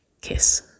kiss